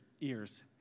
ears